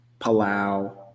Palau